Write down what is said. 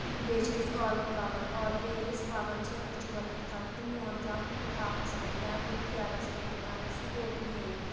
بیٚیہِ چھِ أسۍ ٲلوٕ وَوان ٲلوٕ ییٚلہِ أسۍ وَوان چھِ أسۍ چھِ گۄڈنٮ۪تھ تھَاوان تِم موم جام لِپھاپھَس منٛز یا کُنہِ ٹھیلَس منٛز یوٚتانۍ تَتھ سُہ کوٚٹ نیرِ